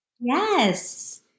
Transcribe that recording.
Yes